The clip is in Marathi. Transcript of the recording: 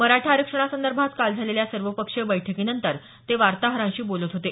मराठा आरक्षणासंदर्भात काल झालेल्या सर्वपक्षीय बैठकीनंतर ते वार्ताहरांशी बोलत होते